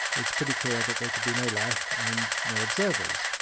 it's pretty clear that there could be no life and no observers.